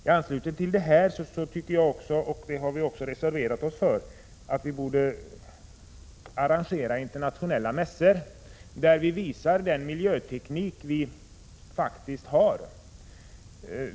I anslutning till detta tycker jag att vi — och det har vi reserverat oss för — borde arrangera internationella mässor, där vi visar den miljöteknik som vi har.